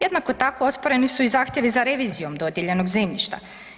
Jednako tako, osporeni su i zahtjevi za revizijom dodijeljenog zemljišta.